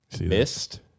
missed